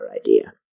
idea